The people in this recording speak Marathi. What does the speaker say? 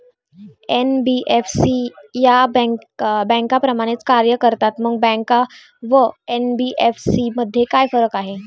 एन.बी.एफ.सी या बँकांप्रमाणेच कार्य करतात, मग बँका व एन.बी.एफ.सी मध्ये काय फरक आहे?